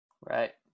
Right